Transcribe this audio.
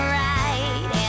right